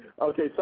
Okay